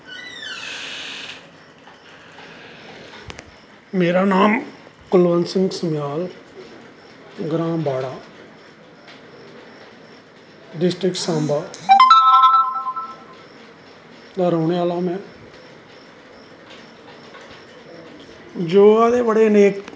मेरा नाम कुलवंत सिहं समयाल ग्रांऽ बाड़ा डिस्टिक सांबा दा रौहने आह्ला में योग दे बड़े अनेक